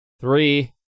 three